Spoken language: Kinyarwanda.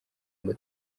ngo